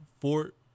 Fort